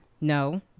No